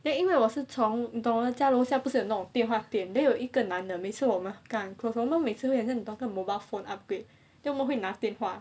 then 因为我是从懂我们家楼下不是有那种电话店 then 有一个男的每次我们跟他很 close 我们每次都会你懂那个 mobile phone upgrade then 我们会拿电话